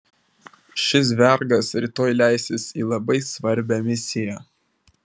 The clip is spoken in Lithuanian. šis vergas rytoj leisis į labai svarbią misiją